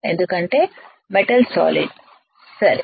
ఎందుకంటే metal solid సరే